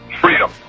freedom